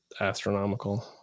astronomical